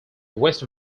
west